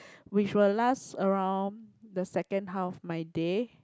which will last around the second half of my day